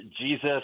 Jesus